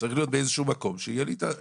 צריך שתהיה לי באיזשהו מקום הזכות